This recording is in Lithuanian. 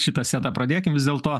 šitą setą pradėkim vis dėlto